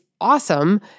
awesome